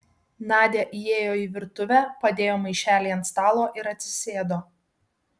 nadia įėjo į virtuvę padėjo maišelį ant stalo ir atsisėdo